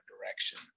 direction